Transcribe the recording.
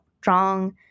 strong